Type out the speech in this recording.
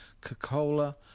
Coca-Cola